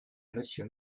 monsieur